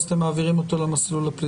אז אתם מעבירים אותו למסלול הפלילי?